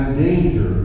danger